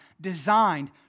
designed